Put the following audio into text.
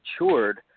matured